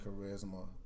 charisma